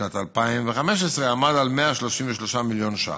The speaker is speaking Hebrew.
בשנת 2015 הוא עמד על 133 מיליון ש"ח.